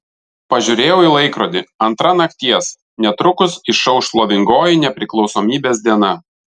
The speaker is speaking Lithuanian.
pažiūrėjau į laikrodį antra nakties netrukus išauš šlovingoji nepriklausomybės diena